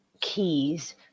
keys